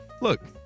look